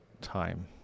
Time